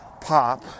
pop